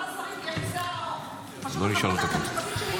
שלוש דקות, אדוני.